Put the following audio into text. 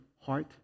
heart